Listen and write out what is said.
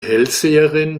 hellseherin